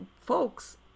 folks